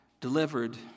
delivered